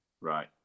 Right